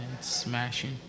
smashing